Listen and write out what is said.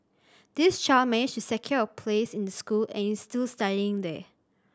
this child managed to secure a place in the school and is still studying there